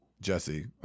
jesse